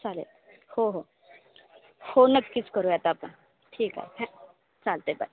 चालेल हो हो हो नक्कीच करूयात आपण ठीक आहे हा चालते बाय